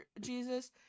Jesus